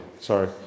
sorry